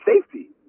safety